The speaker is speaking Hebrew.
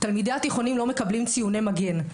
תלמידי התיכונים לא מקבלים ציוני מגן,